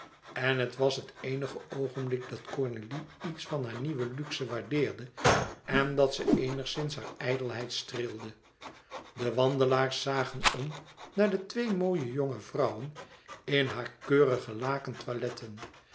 en het was het eenige oogenblik dat cornélie iets van hare nieuwe luxe waardeerde en dat ze eenigszins hare ijdelheid streelde de wandelaars zagen om naar de twee mooie jonge vrouwen in hare keurige laken toiletten